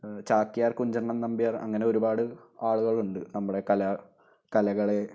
ചാക്യാര് കുഞ്ചൻ നമ്പ്യാര് അങ്ങനെ ഒരുപാട് ആളുകളുണ്ട് നമ്മുടെ കലാ കലകളെ